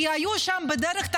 כי בדרך היו תחנות,